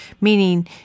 Meaning